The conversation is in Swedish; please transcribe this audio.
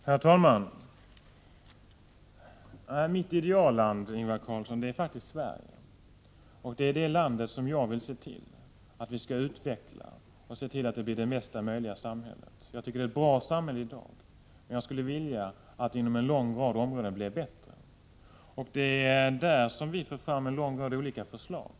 Nr 147 Herr talman! Mitt idealland, Ingvar Carlsson, är faktiskt Sverige. Sverige bv Sole .=: sä Tisdagen den är det land som jag vill att vi skall utveckla och se till att det blir det bästa 21 maj 1985 möjliga samhället. Jag tycker att det är ett bra samhälle i dag, men jag skulle vilja att det inom många områden blev bättre. Det är där som vi för fram en Om åtgärder för att lång rad olika förslag.